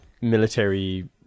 military